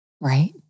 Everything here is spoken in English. Right